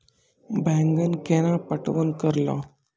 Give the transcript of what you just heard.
बैंगन केना पटवन करऽ लो?